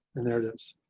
and there it is.